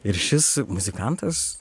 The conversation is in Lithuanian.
ir šis muzikantas